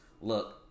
look